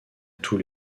tous